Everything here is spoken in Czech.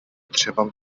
třeba